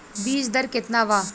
बीज दर केतना वा?